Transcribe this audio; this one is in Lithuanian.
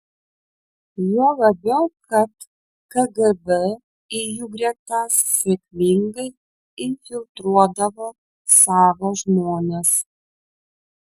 juo labiau kad kgb į jų gretas sėkmingai infiltruodavo savo žmones